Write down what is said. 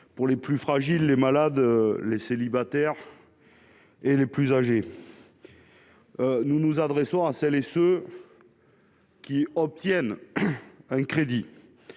pour les plus fragiles, les malades, les célibataires et les plus âgés. Nous nous adressons à ceux qui, ayant obtenu un crédit,